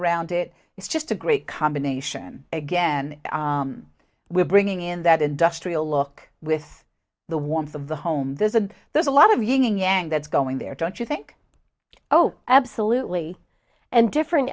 around it is just a great combination again we're bringing in that industrial look with the warmth of the home there's a there's a lot of yelling and that's going there don't you think oh absolutely and different